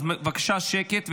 אז בבקשה שקט,